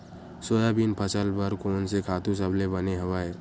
Soybean फसल बर कोन से खातु सबले बने हवय?